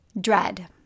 Dread